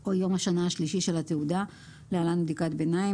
או יום השנה השלישי של התעודה (להלן בדיקת ביניים).